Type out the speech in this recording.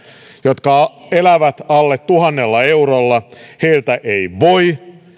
jotka elävät alle tuhannella eurolla ja heiltä ei voi